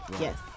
Yes